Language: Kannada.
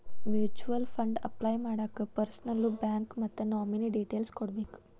ಮ್ಯೂಚುಯಲ್ ಫಂಡ್ ಅಪ್ಲೈ ಮಾಡಾಕ ಪರ್ಸನಲ್ಲೂ ಬ್ಯಾಂಕ್ ಮತ್ತ ನಾಮಿನೇ ಡೇಟೇಲ್ಸ್ ಕೋಡ್ಬೇಕ್